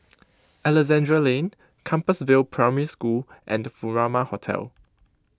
Alexandra Lane Compassvale Primary School and Furama Hotel